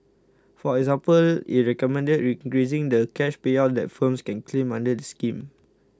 for example it recommended increasing the cash payout that firms can claim under the scheme